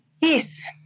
Yes